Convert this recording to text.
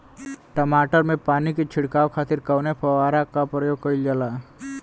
टमाटर में पानी के छिड़काव खातिर कवने फव्वारा का प्रयोग कईल जाला?